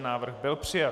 Návrh byl přijat.